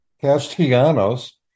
Castellanos